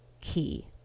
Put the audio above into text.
key